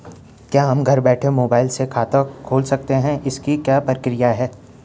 क्या हम घर बैठे मोबाइल से खाता खोल सकते हैं इसकी क्या प्रक्रिया है?